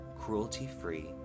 cruelty-free